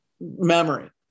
memory